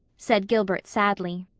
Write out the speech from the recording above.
said gilbert sadly.